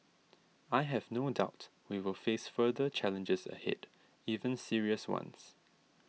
I have no doubt we will face further challenges ahead even serious ones